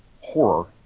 Horror